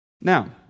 Now